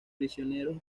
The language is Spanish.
prisioneros